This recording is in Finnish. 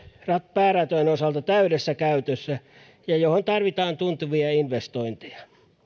pääratojen osalta täydessä käytössä ja johon tarvitaan tuntuvia investointeja